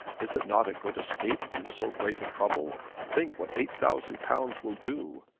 is it not a good escape from so great a trouble? think what eight thousand pounds will do.